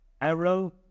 arrow